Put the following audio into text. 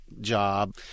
job